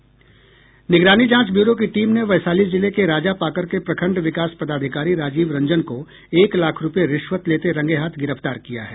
निगरानी जांच ब्यूरो की टीम ने वैशाली जिले के राजापाकर के प्रखंड विकास पदाधिकारी राजीव रंजन को एक लाख रुपये रिश्वत लेते रंगेहाथ गिरफ्तार किया है